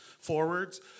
forwards